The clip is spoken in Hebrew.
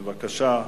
בבקשה.